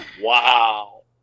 Wow